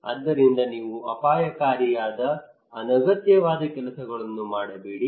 ಆದ್ದರಿಂದ ನೀವು ಅಪಾಯಕಾರಿಯಾದ ಅನಗತ್ಯವಾದ ಕೆಲಸಗಳನ್ನು ಮಾಡಬೇಡಿ